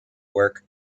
work